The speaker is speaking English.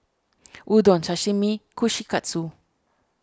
Udon Sashimi Kushikatsu